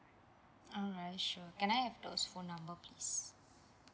alright sure can I have those phone number please